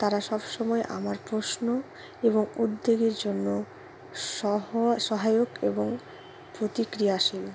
তারা সবসময় আমার প্রশ্ন এবং উদ্বেগের জন্য সহ সহায়ক এবং প্রতিক্রিয়াশীল